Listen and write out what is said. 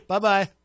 Bye-bye